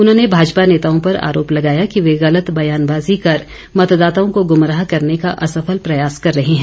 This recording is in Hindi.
उन्होंने भाजपा नेताओं पर आरोप लगाया कि वे गलत बयानबाजी कर मतदाताओं को गुमराह करने का असफल प्रयास कर रहे हैं